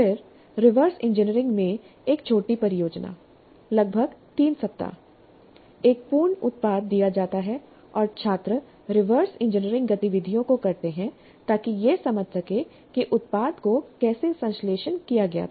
फिर reverse engineering में एक छोटी परियोजना लगभग 3 सप्ताह एक पूर्ण उत्पाद दिया जाता है और छात्र रिवर्स इंजीनियरिंग गतिविधियों को करते हैं ताकि यह समझ सकें कि उत्पाद को कैसे संश्लेषित किया गया था